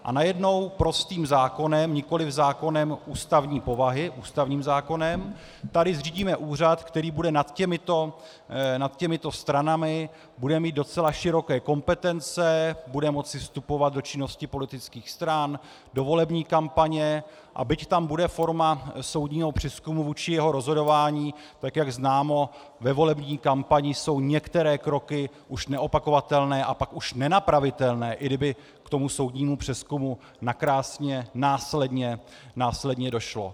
A najednou prostým zákonem, nikoli zákonem ústavní povahy, ústavním zákonem, tady zřídíme úřad, který bude mít nad těmito stranami docela široké kompetence, bude moci vstupovat do činnosti politických stran, do volební kampaně, a byť tam bude forma soudního přezkumu vůči jeho rozhodování, tak jak známo, ve volební kampani jsou některé kroky už neopakovatelné a pak už nenapravitelné, i kdyby k tomu soudnímu přezkumu nakrásně následně došlo.